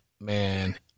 man